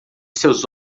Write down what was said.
seus